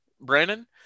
Brandon